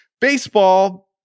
baseball